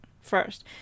first